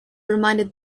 reminded